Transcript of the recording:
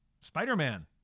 Spider-Man